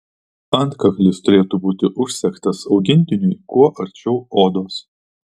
antkaklis turėtų būti užsegtas augintiniui kuo arčiau odos